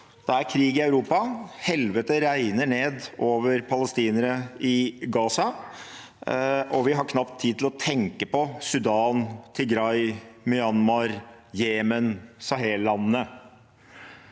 Det er krig i Europa, helvete regner ned over palestinere i Gaza, og vi har knapt tid til å tenke på Sudan, Tigray, Myanmar, Jemen og Sahel-landene.